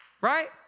right